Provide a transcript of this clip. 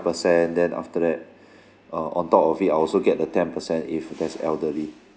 percent then after that uh on top of it I also get the ten percent if there's elderly